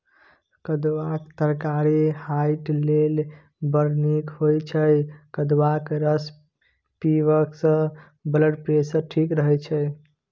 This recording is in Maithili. कद्दुआक तरकारी हार्ट लेल बड़ नीक होइ छै कद्दूक रस पीबयसँ ब्लडप्रेशर ठीक रहय छै